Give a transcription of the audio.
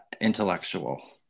intellectual